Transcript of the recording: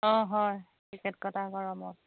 অঁ হয় টিকেট কটা গড়মূৰত